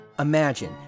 Imagine